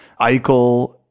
Eichel